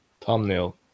thumbnail